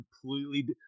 completely